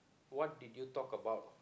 what did you talk about